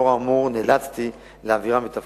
לאור האמור, נאלצתי להעבירם מתפקידם.